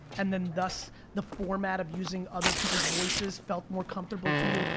and then, thus the format of using other people's voices felt more comfortable to you,